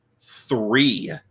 three